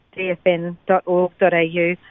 dfn.org.au